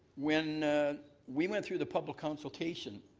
when we went through the public consultation.